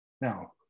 Now